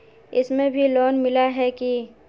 इसमें भी लोन मिला है की